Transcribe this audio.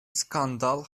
skandal